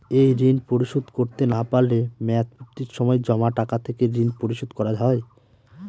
এই ঋণ পরিশোধ করতে না পারলে মেয়াদপূর্তির সময় জমা টাকা থেকে ঋণ পরিশোধ করা হয়?